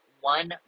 one